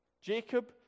Jacob